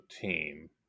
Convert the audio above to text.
team